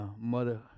mother